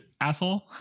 asshole